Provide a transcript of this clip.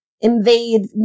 Invade